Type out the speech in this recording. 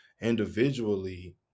individually